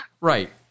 Right